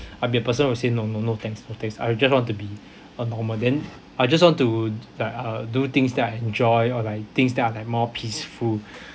I'd be a person will say no no no thanks no thanks I'll just want to be a normal then I just want to like uh do things that I enjoy or like things that are like more peaceful